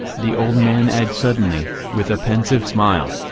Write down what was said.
the old man add suddenly, with a pensive smile.